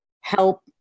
help